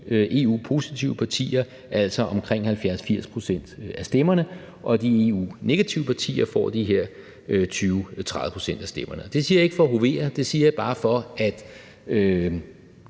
EU-positive partier altså omkring 70-80 pct. af stemmerne, og de EU-negative partier får de her 20-30 pct. af stemmerne. Det siger jeg ikke for at hovere; det siger jeg bare for at